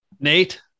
Nate